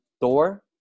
Thor